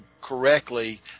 correctly